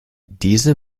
diese